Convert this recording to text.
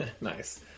Nice